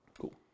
Cool